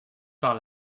par